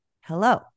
Hello